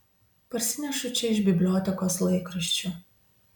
parsinešu čia iš bibliotekos laikraščių